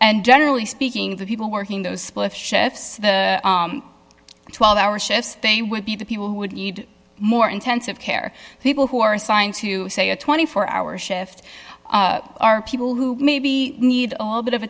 and generally speaking the people working those split shifts the twelve hour shifts they would be the people who would need more intensive care people who are assigned to say a twenty four hour shift are people who maybe need all bit of